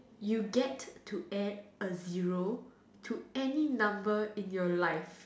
you get to add a zero to any number in your life